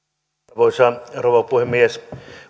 arvoisa rouva puhemies